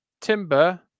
Timber